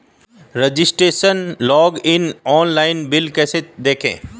Registration login online bill कैसे देखें?